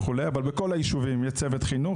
אבל בכל היישובים יש צוות חינוך,